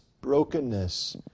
brokenness